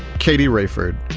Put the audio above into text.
katie rayford,